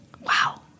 wow